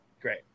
great